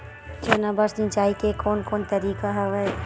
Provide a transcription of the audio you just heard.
चना बर सिंचाई के कोन कोन तरीका हवय?